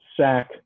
sack